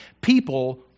people